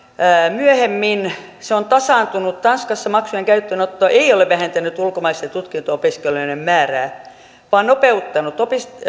myöhemmin se on tasaantunut tanskassa maksujen käyttöönotto ei ole vähentänyt ulkomaisten tutkinto opiskelijoiden määrää vaan nopeuttanut